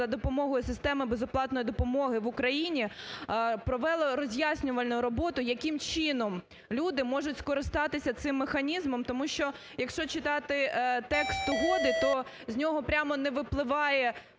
за допомогою системи безоплатної допомоги в Україні, провели роз'яснювальну роботу, яким чином люди можуть скористатися цим механізмом. Тому що, якщо читати текст угоди, то з нього прямо не випливає